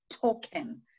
token